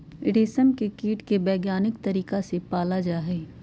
रेशम के कीट के वैज्ञानिक तरीका से पाला जाहई